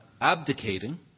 abdicating